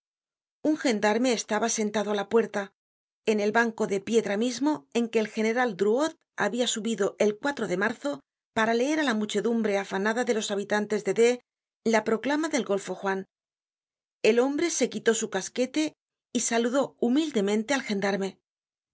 un gendarme estaba sentado á la puerta en el banco de piedra mismo en que el general drouot habia subido el de marzo para leer á la muchedumbre afanada de los habitantes de d la proclama del golfo juan el hombre se quitó su casquete y saludó humildemente al gendarme el